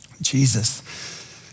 Jesus